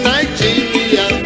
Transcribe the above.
Nigeria